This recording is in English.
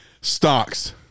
Stocks